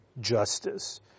justice